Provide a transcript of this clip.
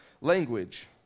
language